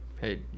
hey